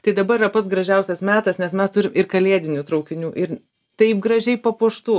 tai dabar yra pats gražiausias metas nes mes turim ir kalėdinių traukinių ir taip gražiai papuoštų